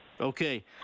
Okay